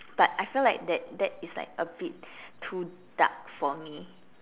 but I felt like that that is like a bit too dark for me